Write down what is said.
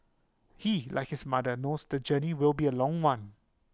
he like his mother knows the journey will be A long one